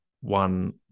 One